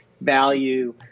value